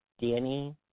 Danny